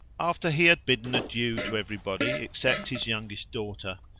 after he had bidden adieu to everybody except his youngest daughter,